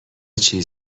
چیز